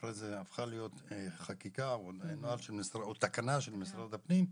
אחרי זה הפכה להיות תקנה של משרד הפנים.